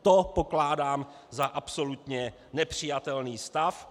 To pokládám za absolutně nepřijatelný stav.